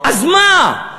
אז מה?